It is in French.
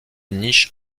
niche